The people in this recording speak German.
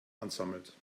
ansammelt